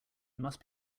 must